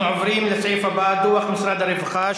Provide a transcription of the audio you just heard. אנחנו עוברים לסעיף הבא, הצעה לסדר-היום מס'